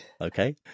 Okay